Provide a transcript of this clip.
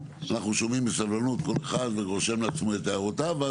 אנחנו שומעים בסבלנות כל אחד רושם לעצמו את הערותיו,